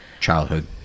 childhood